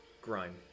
Grime